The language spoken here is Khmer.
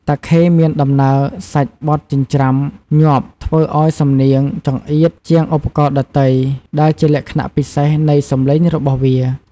តាខេមានដំណើរ សាច់បទចិញ្ច្រាំញាប់ធ្វើឱ្យសំនៀងចង្អៀតជាងឧបករណ៍ដទៃ ដែលជាលក្ខណៈពិសេសនៃសម្លេងរបស់វា។